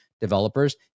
developers